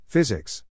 Physics